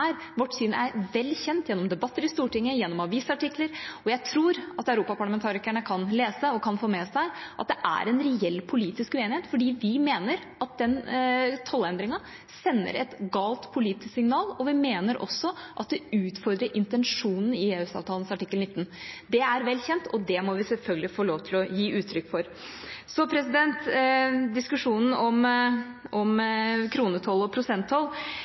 Vårt syn er vel kjent gjennom debatter i Stortinget, gjennom avisartikler, og jeg tror at europarlamentarikerne kan lese og kan få med seg at det er en reell politisk uenighet, fordi vi mener at den tollendringa sender et galt politisk signal, og vi mener også at den utfordrer intensjonen i EØS-avtalens artikkel 19. Det er vel kjent, og det må vi selvfølgelig få lov til å gi uttrykk for. Så til diskusjonen om kronetoll og